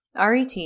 RET